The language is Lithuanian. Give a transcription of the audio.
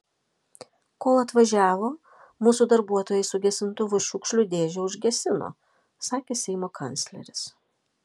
kol atvažiavo mūsų darbuotojai su gesintuvu šiukšlių dėžę užgesino sakė seimo kancleris